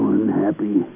unhappy